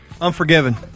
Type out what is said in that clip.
Unforgiven